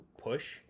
push